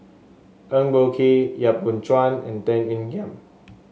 Eng Boh Kee Yap Boon Chuan and Tan Ean Kiam